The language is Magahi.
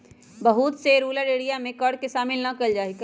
बहुत से रूरल एरिया में कर के शामिल ना कइल जा हई